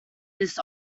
this